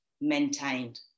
maintained